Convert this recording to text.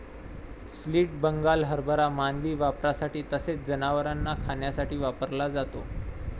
split Bengal हरभरा मानवी वापरासाठी तसेच जनावरांना खाण्यासाठी वापरला जातो